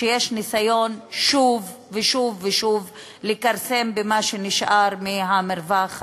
שיש ניסיון שוב ושוב ושוב לכרסם במה שנשאר מהמרווח הדמוקרטי.